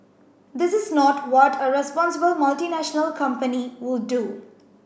this is not what a responsible multinational company would do